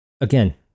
again